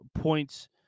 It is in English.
points